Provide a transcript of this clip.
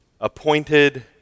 appointed